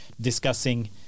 discussing